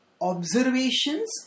observations